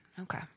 Okay